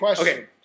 Okay